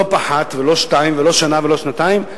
לא אחת ולא שתיים ולא שנה ולא שנתיים,